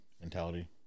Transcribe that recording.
mentality